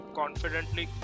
confidently